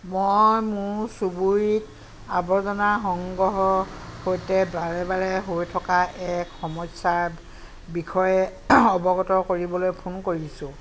মই মোৰ চুবুৰীত আৱৰ্জনা সংগ্ৰহৰ সৈতে বাৰে বাৰে হৈ থকা এক সমস্যাৰ বিষয়ে অৱগত কৰিবলৈ ফোন কৰিছোঁ